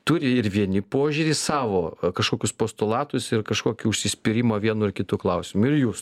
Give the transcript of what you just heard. turi ir vieni požiūrį savo kažkokius postulatus ir kažkokį užsispyrimą vienu ar kitu klausimu ir jūs